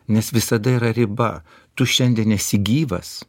nes visada yra riba tu šiandien esi gyvas